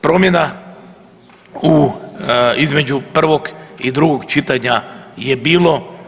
Promjena između prvog i drugog čitanja je bilo.